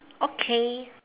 okay